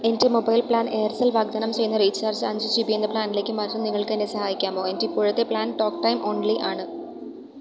എൻ്റെ mobile plan Aircel വാഗ്ദാനം ചെയ്യുന്ന റീചാർജ് അഞ്ച് ജി ബി എന്ന പ്ലാനിലേക്ക് മാറ്റാൻ നിങ്ങൾക്കെന്നെ സഹായിക്കാമോ എൻ്റെ ഇപ്പോഴത്തെ പ്ലാൻ ടോക്ക്ടൈം ഒൺലി ആണ്